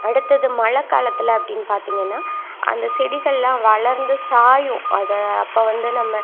அடுத்தது மழைக் காலத்தில் அப்படின்னு பார்த்திங்கன்னா அந்த செடிகள்லாம் வளர்ந்து சாயும் அதை அப்போ வந்து நம்ம